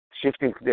shifting